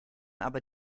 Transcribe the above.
aber